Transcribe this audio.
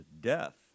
death